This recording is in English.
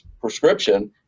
prescription